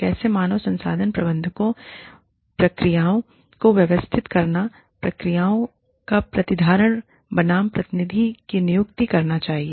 कैसे मानव संसाधन प्रबंधकों प्रक्रियाओं को व्यवस्थित करना प्रक्रियाओं का प्रतिधारण बनाम प्रतिनिधि की नियुक्ति करना चाहिए